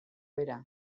bera